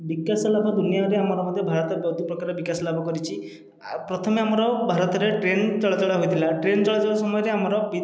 ବିକାଶ ଲାଭ ଦୁନିଆରେ ଆମର ମଧ୍ୟ ଭାରତ ବହୁତ ପ୍ରକାର ବିକାଶ ଲାଭ କରିଛି ଆଉ ପ୍ରଥମେ ଆମର ଭାରତରେ ଟ୍ରେନ ଚଳାଚଳ ହୋଇଥିଲା ଟ୍ରେନ ଚଳାଚଳ ସମୟରେ ଆମର